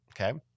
Okay